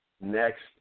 next